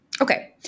Okay